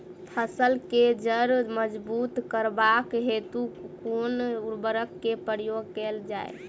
फसल केँ जड़ मजबूत करबाक हेतु कुन उर्वरक केँ प्रयोग कैल जाय?